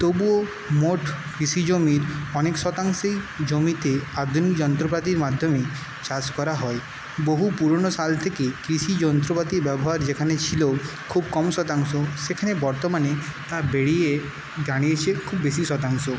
তবুও মোট কৃষিজমির অনেক শতাংশেই জমিতে আধুনিক যন্ত্রপাতির মাধ্যমে চাষ করা হয় বহু পুরোনো সাল থেকেই কৃষি যন্ত্রপাতি ব্যবহার যেখানে ছিল খুব কম শতাংশ সেখানে বর্তমানে তা বেড়ে দাঁড়িয়েছে খুব বেশি শতাংশ